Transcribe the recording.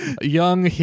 young